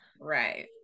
right